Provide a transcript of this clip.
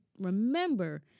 remember